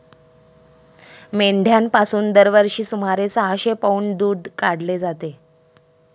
मेंढ्यांपासून दरवर्षी सुमारे सहाशे पौंड दूध काढले जाते